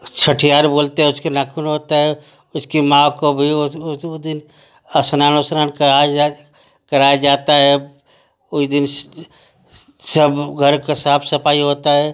छटिहार बोलते हैं उसके नाखून होता है उसके माँ को भी उस दिन स्नान उसनान कराया जात कराया जाता है उस दिन सब घर का साफ सफाई होता है